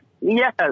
Yes